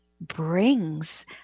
brings